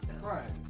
right